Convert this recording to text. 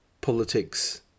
politics